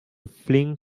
fling